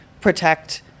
protect